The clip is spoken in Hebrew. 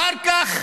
אחר כך